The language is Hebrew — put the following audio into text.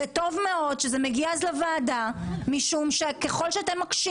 זה טוב מאוד שזה מגיע לוועדה משום שככל שאתם מקשים